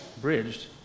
bridged